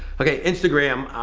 okay, instagram,